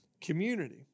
community